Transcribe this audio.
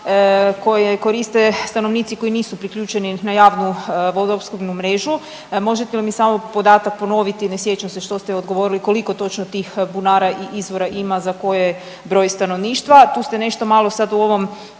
koje koriste stanovnici koji nisu priključeni na javnu vodoopskrbu mrežu. Možete li mi samo podatak ponoviti, ne sjećam se što ste odgovorili, koliko točno tih bunara i izvora ima za koje i broj stanovništva? Tu ste nešto malo sad u ovom